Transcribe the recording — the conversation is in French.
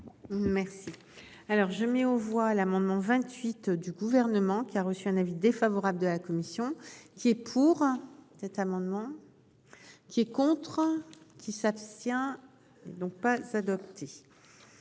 Merci. Alors je mets aux voix l'amendement. 28 du gouvernement qui a reçu un avis défavorable de la commission. Qui est pour cet amendement. Qui est contre. Qui s'abstient donc pas adopté.